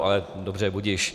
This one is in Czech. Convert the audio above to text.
Ale dobře, budiž.